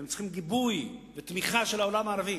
הם צריכים גיבוי ותמיכה של העולם הערבי.